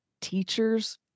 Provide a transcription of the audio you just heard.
teachers